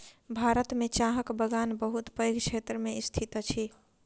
भारत में चाहक बगान बहुत पैघ क्षेत्र में स्थित अछि